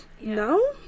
No